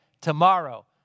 tomorrow